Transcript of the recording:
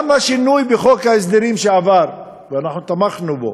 גם השינוי בחוק ההסדרים, שעבר, ואנחנו תמכנו בו,